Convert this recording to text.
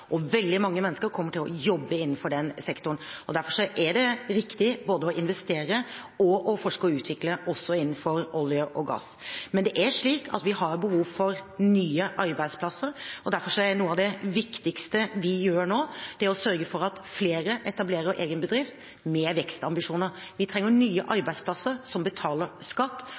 og veldig mange mennesker kommer til å jobbe innenfor den sektoren. Derfor er det riktig både å investere og å forske og utvikle også innenfor olje og gass. Men det er slik at vi har behov for nye arbeidsplasser, og derfor er noe av det viktigste vi gjør nå, å sørge for at flere etablerer egen bedrift med vekstambisjoner. Vi trenger nye arbeidsplasser som betaler skatt,